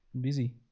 busy